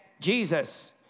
Jesus